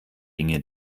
inge